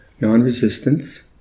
non-resistance